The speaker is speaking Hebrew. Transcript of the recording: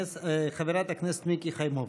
חברת הכנסת מיקי חיימוביץ'.